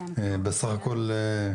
בסך הכל,